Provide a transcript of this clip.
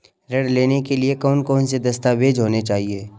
ऋण लेने के लिए कौन कौन से दस्तावेज होने चाहिए?